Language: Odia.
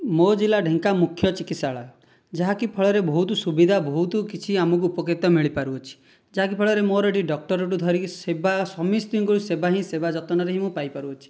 ମୋ ଜିଲ୍ଲା ଢେଙ୍କା ମୁଖ୍ୟ ଚିକିତ୍ସାଳୟ ଯାହାକି ଫଳରେ ବହୁତ ସୁବିଧା ବହୁତ କିଛି ଆମକୁ ଉପକାରିତା ମିଳିପାରୁଅଛି ଯାହାକି ଫଳରେ ମୋର ଏଇଠି ଡକ୍ଟର ଠାରୁ ଧରିକି ସେବା ସମସ୍ତଙ୍କୁ ସେବା ହିଁ ସେବା ଯତ୍ନରେ ହିଁ ମୁଁ ପାଇପାରୁଅଛି